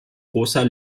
großer